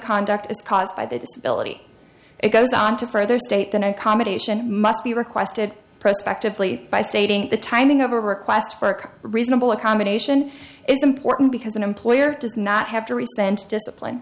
conduct is caused by the disability it goes on to further state than accommodation must be requested prospect of lee by stating the timing of a request for reasonable accommodation is important because an employer does not have to respond to discipline